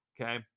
Okay